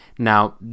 Now